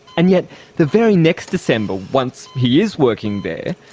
and yet the very next december, once he is working there,